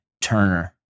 Turner